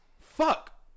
fuck